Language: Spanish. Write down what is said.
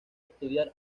estudiar